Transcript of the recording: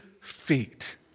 feet